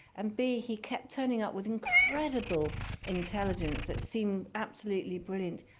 and b, he kept turning up with incredible intelligence that seemed absolutely brilliant.